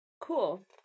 Cool